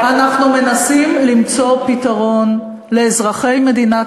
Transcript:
אנחנו מנסים למצוא פתרון לאזרחי מדינת